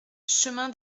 chemin